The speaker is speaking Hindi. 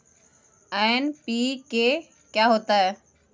एन.पी.के क्या होता है?